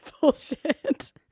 bullshit